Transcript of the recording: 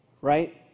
right